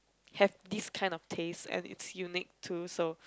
have this kind of taste and it's unique too so